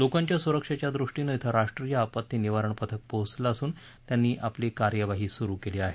लोकांच्या सुरक्षेच्या दृष्टीनं इथं राष्ट्रीय आपत्ती निवारण पथक पोचलं असून त्यांनी आपली कार्यवाही सुरु केली आहे